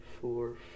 four